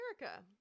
America